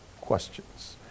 questions